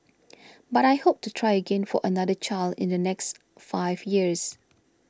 but I hope to try again for another child in the next five years